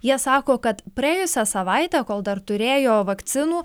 jie sako kad praėjusią savaitę kol dar turėjo vakcinų